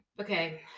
Okay